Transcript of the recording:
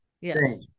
Yes